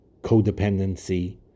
codependency